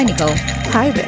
go hi, ben.